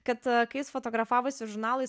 kad kai jis fotografavosi žurnalui